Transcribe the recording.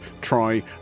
Try